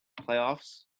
playoffs